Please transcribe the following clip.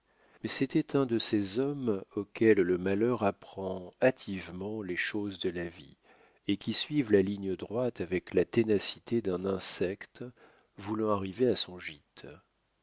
mais c'était un de ces hommes auxquels le malheur apprend hâtivement les choses de la vie et qui suivent la ligne droite avec la ténacité d'un insecte voulant arriver à son gîte